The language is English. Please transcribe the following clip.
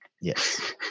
yes